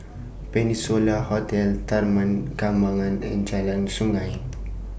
Peninsula Hotel Taman Kembangan and Jalan Sungei